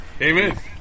Amen